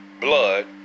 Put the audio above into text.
blood